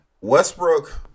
Westbrook